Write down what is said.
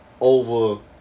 over